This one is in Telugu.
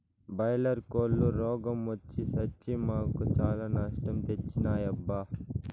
బాయిలర్ కోల్లు రోగ మొచ్చి సచ్చి మాకు చాలా నష్టం తెచ్చినాయబ్బా